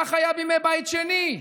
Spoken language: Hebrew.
כך היה בימי בית שני.